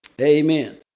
Amen